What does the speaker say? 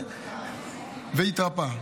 והתרפא.